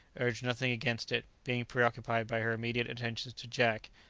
urged nothing against it, being preoccupied by her immediate attentions to jack,